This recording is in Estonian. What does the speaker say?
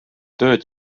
tööd